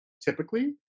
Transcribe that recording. typically